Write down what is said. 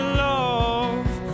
love